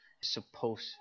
supposed